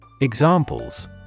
Examples